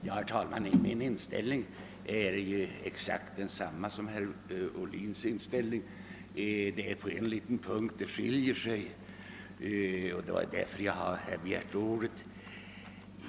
Herr talman! Min inställning är praktiskt taget densamma som herr Ohlins. Det är bara på en liten punkt vi skiljer oss åt, och det är därför jag har begärt ordet.